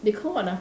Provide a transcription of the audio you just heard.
they call what ah